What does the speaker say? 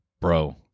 bro